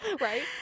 Right